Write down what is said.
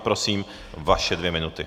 Prosím, vaše dvě minuty.